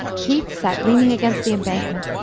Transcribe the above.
keith sat leaning against the embankment,